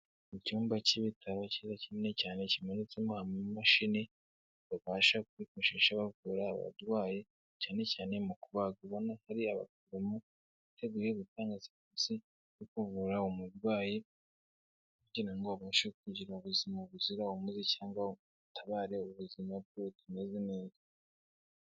Mu cyumba cy'ibitaro kiza kinini cyane kimanitsemo amamashini babasha kwifashisha bavura abarwayi cyane cyane mu kubaga, ubona hari abaforomo biteguye gutanga serivisi yo kuvura umurwayi kugira ngo abashe kugira ubuzima buzira umuze cyangwa batabare ubuzima bwe butameze neza.